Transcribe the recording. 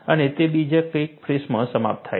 અને તે બીજા ક્રેક ફેસમાં સમાપ્ત થાય છે